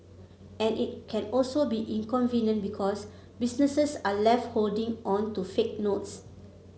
and it can also be inconvenient because businesses are left holding on to fake notes